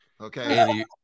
Okay